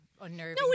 unnerving